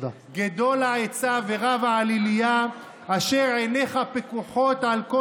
"גדול העצה ורב העליליה אשר עיניך פקֻחות על כל